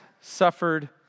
suffered